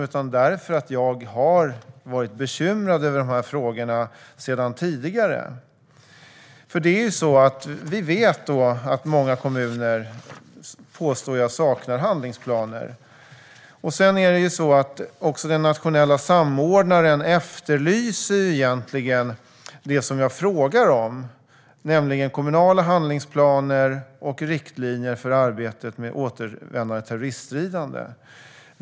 Den ställde jag därför att jag har varit bekymrad över de här frågorna sedan tidigare. Vi vet att många kommuner saknar handlingsplaner. Också den nationella samordnaren efterlyser egentligen det jag frågar om, nämligen kommunala handlingsplaner och riktlinjer för arbetet med återvändande terroriststridande.